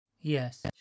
Yes